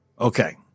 Okay